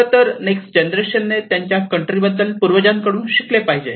खरेतर next generation ने त्यांच्या कंट्री बद्दल पूर्वजांकडून शिकले पाहिजे